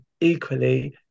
equally